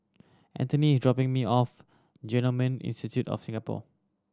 Anthony is dropping me off Genome Institute of Singapore